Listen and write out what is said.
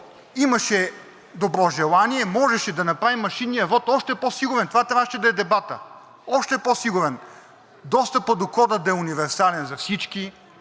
имаше добро желание, можеше да направим машинния вот още по-сигурен, това трябваше да е дебатът, още по-сигурен. Достъпът до кода да е универсален за всички,